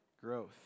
growth